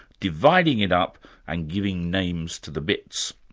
dividing it up and giving names to the bits.